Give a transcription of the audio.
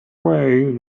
way